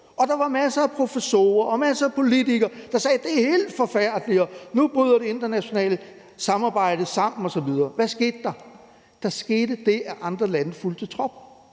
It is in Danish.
Der var masser af professorer og masser af politikere, der sagde, at det var helt forfærdeligt, og at nu brød det internationale samarbejde sammen. Hvad skete der? Der skete det, at andre lande fulgte trop,